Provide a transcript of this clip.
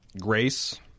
Grace